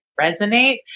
resonate